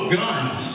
guns